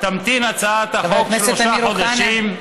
תמתין הצעת החוק שלושה חודשים,